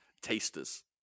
tasters